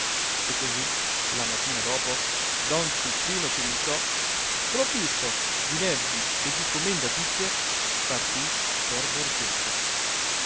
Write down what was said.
e così la mattina dopo don ciccino cirinciò provvisto d mezzi e di commendatizie partì per borgetto